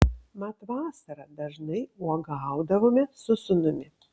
mat vasarą dažnai uogaudavome su sūnumi